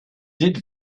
did